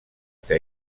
que